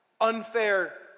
unfair